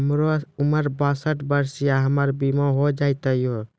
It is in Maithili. हमर उम्र बासठ वर्ष या हमर बीमा हो जाता यो?